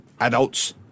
adults